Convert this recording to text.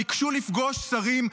ביקשו לפגוש שרים,